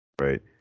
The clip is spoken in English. right